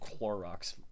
clorox